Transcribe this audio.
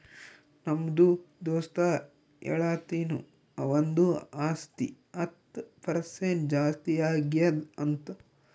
ನಮ್ದು ದೋಸ್ತ ಹೇಳತಿನು ಅವಂದು ಆಸ್ತಿ ಹತ್ತ್ ಪರ್ಸೆಂಟ್ ಜಾಸ್ತಿ ಆಗ್ಯಾದ್ ಅಂತ್